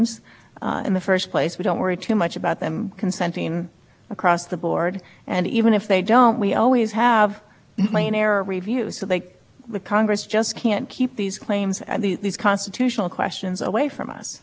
exception to article three in the question then is how to interpret that exception sensible and and my concern has been why draw the line at international laws actual exception rather than